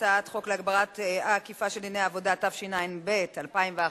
חוק להגברת האכיפה של דיני עבודה, התשע"ב 2011,